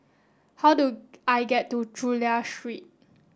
how do I get to Chulia Street